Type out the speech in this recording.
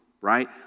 right